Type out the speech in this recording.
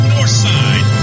Northside